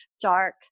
dark